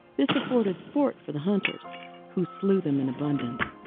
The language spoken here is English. this afforded sport for the hunters who slew them in abundance,